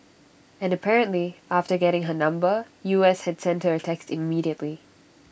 and apparently after getting her number U S had sent her A text immediately